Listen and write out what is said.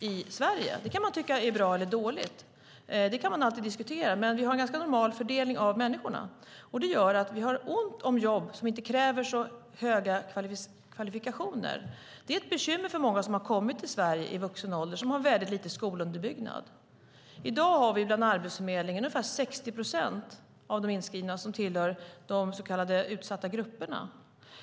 Man kan alltid diskutera om det är bra eller dåligt, men vi har en normal fördelning av människor. Det gör att det är ont om jobb som inte kräver så höga kvalifikationer. Det är ett bekymmer för många som har kommit till Sverige i vuxen ålder med liten skolunderbyggnad. I dag tillhör ungefär 60 procent av de inskrivna i Arbetsförmedlingen de så kallade utsatta grupperna.